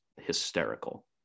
hysterical